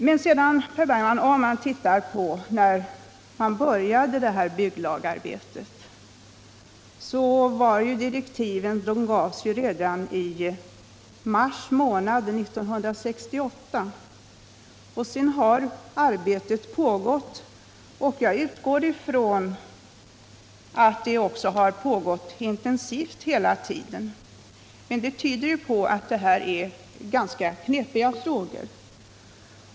Men om man ser på när det här bygglagarbetet började så finner man att direktiven gavs redan i mars 1968. Sedan har arbetet pågått. Jag utgår ifrån att det pågått intensivt hela tiden. Detta tyder på att det gäller ganska knepiga frågor.